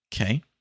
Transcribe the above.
okay